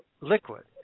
liquid